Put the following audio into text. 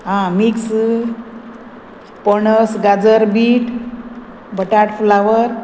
आं मिक्स पणस गाजर बीट बटाट फ्लावर